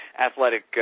athletic